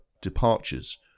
Departures